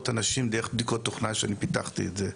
אנשים דרך בדיקות תוכנה שאני פיתחתי את זה.